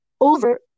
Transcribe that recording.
over